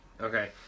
Okay